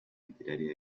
literaria